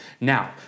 Now